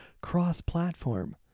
cross-platform